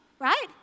right